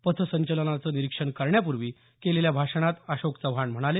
पथसंचलनाचं निरीक्षण करण्यापूर्वी केलेल्या भाषणात अशोक चव्हाण म्हणाले